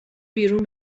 بیرون